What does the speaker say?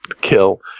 kill